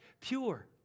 Pure